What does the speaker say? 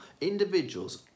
individuals